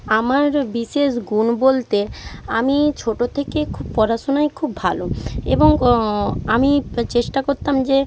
আমার বিশেষ গুণ বলতে আমি ছোটো থেকে খুব পড়াশুনায় খুব ভালো এবং আমি চেষ্টা করতাম যে